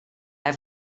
have